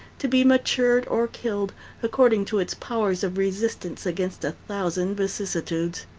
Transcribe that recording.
to be matured or killed according to its powers of resistance against a thousand vicissitudes.